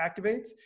activates